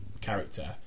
character